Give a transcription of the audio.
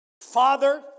Father